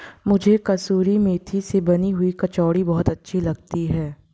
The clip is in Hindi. मुझे कसूरी मेथी से बनी हुई कचौड़ी बहुत अच्छी लगती है